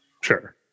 Sure